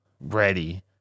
ready